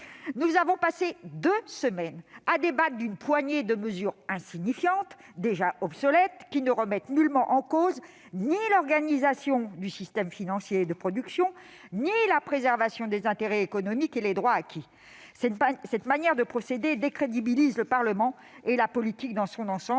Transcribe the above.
Nous avons passé deux semaines à débattre d'une poignée de mesures insignifiantes, déjà obsolètes, qui ne remettent en cause ni l'organisation du système financier et de production ni la préservation des intérêts économiques et les droits acquis. Cette manière de procéder décrédibilise le Parlement et la politique dans son ensemble.